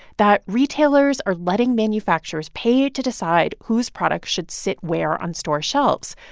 that retailers are letting manufacturers pay to decide whose products should sit where on store shelves.